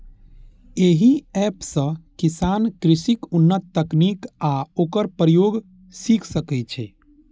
एहि एप सं किसान कृषिक उन्नत तकनीक आ ओकर प्रयोग सीख सकै छै